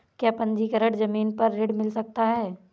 क्या पंजीकरण ज़मीन पर ऋण मिल सकता है?